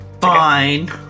Fine